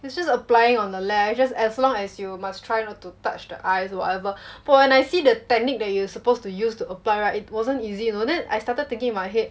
it's just applying on the lash just as long as you must try not to touch the eyes whatever but when I see the technique that you supposed to use to apply right it wasn't easy you know that I started thinking in my head